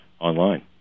online